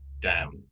down